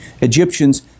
Egyptians